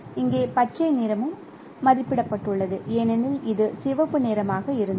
இங்கே பச்சை நிறமும் மதிப்பிடப்பட்டுள்ளது ஏனெனில் இது சிவப்பு நிறமாக இருந்தது